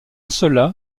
cela